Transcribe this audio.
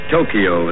Tokyo